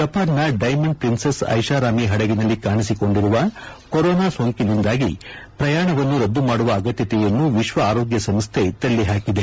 ಜಪಾನ್ನ Diamond Princess ಐಷಾರಾಮಿ ಪಡಗಿನಲ್ಲಿ ಕಾಣಿಸಿಕೊಂಡಿರುವ ಕೊರೊನಾ ಸೋಂಕಿನಿಂದಾಗಿ ಪ್ರಯಾಣವನ್ನು ರದ್ದುಮಾಡುವ ಅಗತ್ತತೆಯನ್ನು ವಿಶ್ವ ಆರೋಗ್ಧಸಂಸ್ಥೆ ತಳ್ಳಿಹಾಕಿದೆ